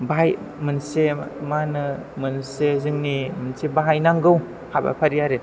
बाहाय मोनसे मा होनो मोनसे जोंनि मोनसे बाहायनांगौ हाबाफारि आरो